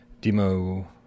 Demo